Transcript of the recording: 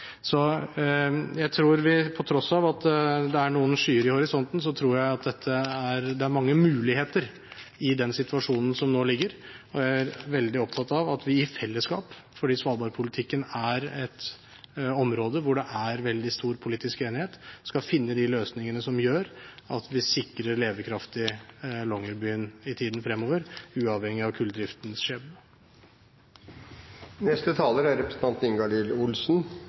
Så på tross av at det er noen skyer i horisonten, tror jeg at det er mange muligheter i den situasjonen som nå foreligger, og jeg er veldig opptatt av at vi i fellesskap, fordi svalbardpolitikken er et område hvor det er veldig stor politisk enighet, skal finne de løsningene som gjør at vi sikrer en levekraftig Longyearbyen i tiden fremover, uavhengig av kulldriftens skjebne. En interpellasjon om Svalbard og framtiden for Svalbard er